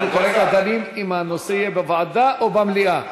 אנחנו כרגע דנים האם הנושא יהיה במליאה או בוועדה.